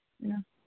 ꯎꯝ